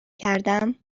کردم